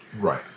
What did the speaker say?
Right